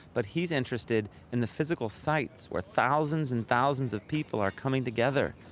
but he's interested in the physical sites where thousands and thousands of people are coming together.